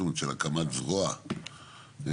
של הקמת זרוע ביצועית.